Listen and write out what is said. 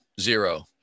Zero